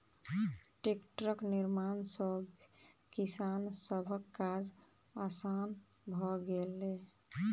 टेक्टरक निर्माण सॅ किसान सभक काज आसान भ गेलै